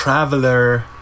Traveler